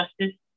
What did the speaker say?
justice